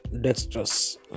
dexterous